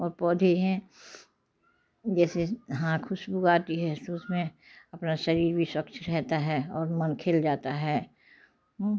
और पौधे हैं जैसे हाँ खुशबू आती है उसमें अपना शरीर भी स्वच्छ रहता है और मन खिल जाता है